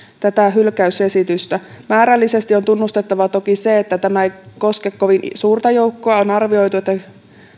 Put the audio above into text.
tätä hylkäysesitystä on tunnustettava toki se että määrällisesti tämä ei koske kovin suurta joukkoa on arvioitu että